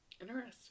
Interesting